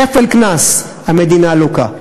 כפל קנס, המדינה לוקה.